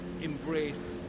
embrace